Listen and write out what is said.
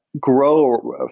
Grow